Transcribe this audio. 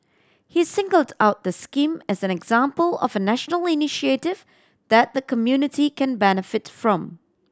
he singled out the scheme as an example of a national initiative that the community can benefit from